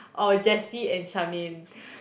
or Jessie and Charmaine